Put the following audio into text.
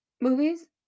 movies